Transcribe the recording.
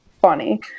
funny